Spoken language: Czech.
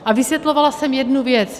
A vysvětlovala jsem jednu věc.